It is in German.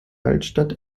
altstadt